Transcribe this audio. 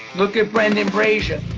look at brendan brasier,